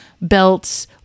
belts